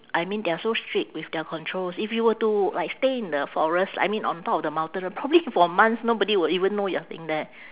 I mean they are so strict with their controls if you were to like stay in the forest I mean on top of the mountain probably for months nobody will even know you are staying there